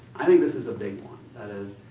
i think this is a big one. that is,